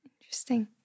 Interesting